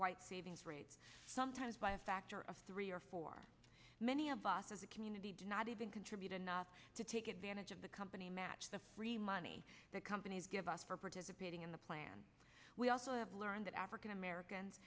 white savings rates sometimes by a factor of three or four many of us as a community did not even contribute enough to take advantage of the company match the free money that companies give us for participating in the plan we also have learned that african americans